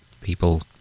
people